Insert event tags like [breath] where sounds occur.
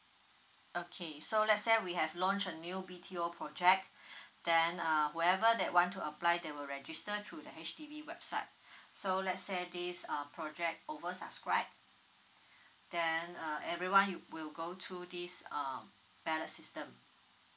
okay so let's say we have launch a new B_T_O project [breath] then um whoever that want to apply they will register through the H_D_B website so let's say this uh project over subscribe then uh everyone you will go to this um ballot system